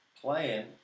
Playing